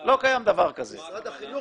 תודה רבה.